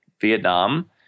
Vietnam